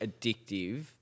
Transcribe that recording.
addictive